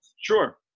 sure